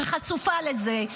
שחשופה לזה,